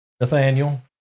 Nathaniel